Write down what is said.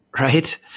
Right